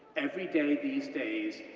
every day these days,